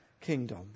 kingdom